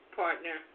partner